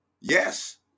yes